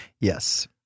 Yes